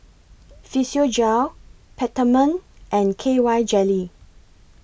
Physiogel Peptamen and K Y Jelly